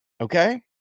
Okay